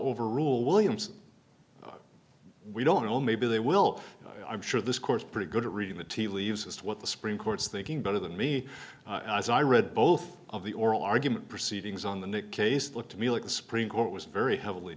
overrule williams we don't know maybe they will i'm sure this course pretty good at reading the tea leaves as to what the supreme court's thinking better than me as i read both of the oral argument proceedings on the nick case looked to me like the supreme court was very heavily